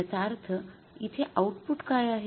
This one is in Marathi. याचा अर्थ इथे आउटपुट काय आहे